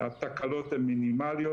התקלות הן מינימליות.